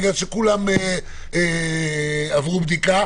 בגלל שכולם עברו בדיקה.